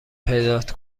پیدات